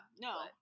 no